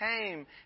came